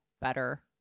better